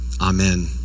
Amen